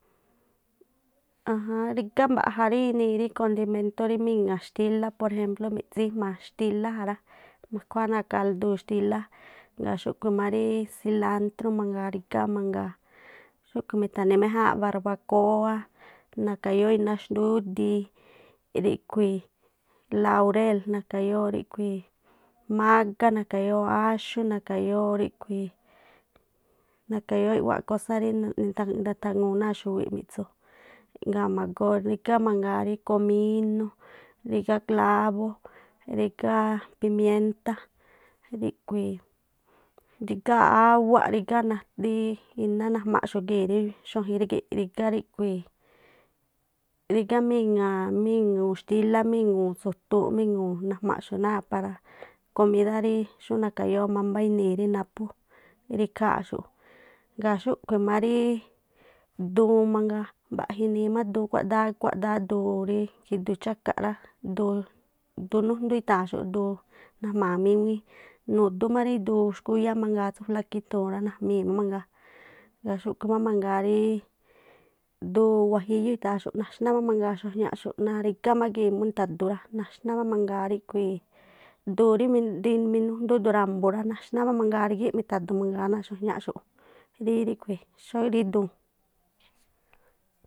Ajáán rígá mbaꞌja inii rí condimentó rí miŋa̱ xtílá por ejempló mi̱tsíí jma̱a xtílá ja rá, makhuáá náa̱ kalduu̱ xtilá. Ngaa̱ xúꞌkhui̱ má rí silátrú mangaa rigá mangaa. Xúkhu̱ mitha̱ni̱ méjáánꞌ babrbakoá, nakayóó iná xdúdiin, nakayóó laurel, nakayóó mágá, nakayóó áxú, nakayóó i̱ꞌwáꞌ kósá rí ndathaŋuu náa̱ xuwiꞌ mi̱ꞌtsu, nga̱a ma̱goo rígá mangaa rí kominó, clabó, pimientá, rígá awáꞌ, rígá ríí iná rí najmaꞌxu̱ gii̱ rí xuajin rigi̱. Rígá míŋa̱ míŋu̱u̱ xtílá, míŋu̱u̱ tsu̱tuunꞌ najmaxu̱ꞌ para náa̱ komidá rí naphú ikháa̱nꞌxu̱ꞌ. Ngaa̱ xúꞌkhui̱ má rí duun mangaa, mbaꞌja inii má duun kuádáá, kuádáá duun rí jidu chákaꞌ rá, duun du nújndu itháañn xú rí najma̱a̱ míŋuíí, nu̱dú má rí duun xkuiyá mangaa rá tsú flaquituu̱n rá, najmii̱ má mangaa. Ngaa̱ xúꞌkhu̱ má mangaa rí duun wajiyú ithaa̱n xúꞌ, naxná má mangaa xuajñaꞌxu̱ꞌ narigá má gii̱ múrí mi̱tha̱du rá, naxná má mangaa ríꞌkhui̱i̱ duun rímirími- rí- minújndú duun ra̱mbu̱ naxná má mangaa rígíꞌ mithadu náa̱ xuajñaꞌxu̱ꞌ, rí ríꞌkhui̱ xoi rí duun.